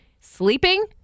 sleeping